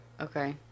Okay